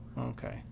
Okay